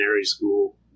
school